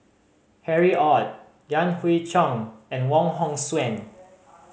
Harry Ord Yan Hui Chang and Wong Hong Suen